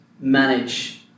manage